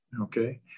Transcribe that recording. okay